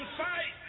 fight